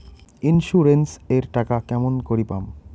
Insurance এর টাকা কেমন করি পাম?